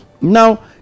Now